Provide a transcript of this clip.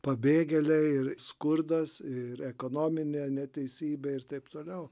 pabėgėliai ir skurdas ir ekonominė neteisybė ir taip toliau